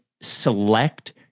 select